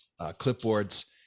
clipboards